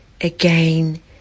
again